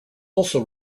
also